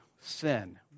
sin